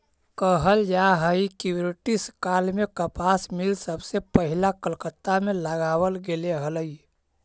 कहल जा हई कि ब्रिटिश काल में कपास मिल सबसे पहिला कलकत्ता में लगावल गेले हलई